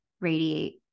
radiate